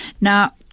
Now